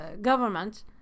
government